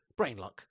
Brainlock